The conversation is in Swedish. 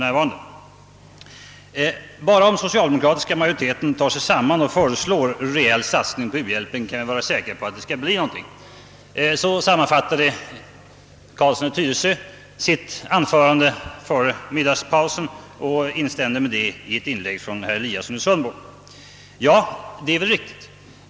»Bara om den socialdemokratiska majoriteten tar sig samman och föreslår en rejäl satsning på u-hjälpen kan vi vara säkra på att det blir någonting av.» Så sammanfattade herr Carlsson i Tyresö sitt anförande före middagspausen och instämde därmed i ett inlägg av herr Eliasson i Sundborn. Ja, det är väl riktigt.